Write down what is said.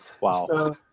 Wow